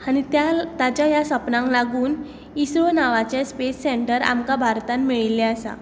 आनी त्या ताज्या ह्या सपनांक लागून इसरो नांवाचे स्पेस सेंटर आमकां भारतांत मळिल्लें आसा